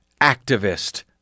activist